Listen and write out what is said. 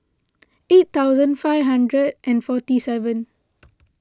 eight thousand five hundred and forty seven